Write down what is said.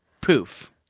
poof